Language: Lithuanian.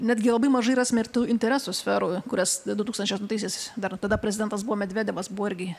netgi labai mažai rasime ir tų interesų sferų kurias du tūkstančiai aštuntaisiais dar tada prezidentas buvo medvedevas buvo irgi